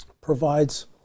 provides